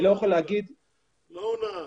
לא הונאה.